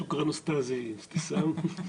שוקרן עוסטאדי, תיסלם.